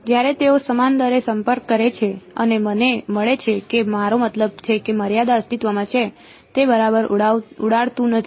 તેથી જ્યારે તેઓ સમાન દરે સંપર્ક કરે છે અને મને મળે છે કે મારો મતલબ છે કે મર્યાદા અસ્તિત્વમાં છે તે બરાબર ઉડાડતું નથી